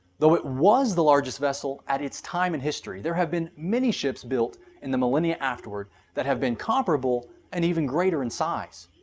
though it was the largest vessel at its time in history, there have been many ships built in the millenia afterward that have been comparable and greater in size.